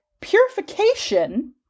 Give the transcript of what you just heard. purification